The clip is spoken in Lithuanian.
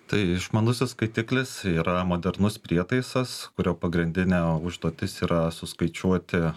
tai išmanusis skaitiklis yra modernus prietaisas kurio pagrindinė užduotis yra suskaičiuoti